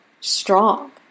strong